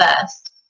first